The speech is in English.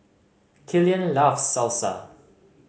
Killian loves Salsa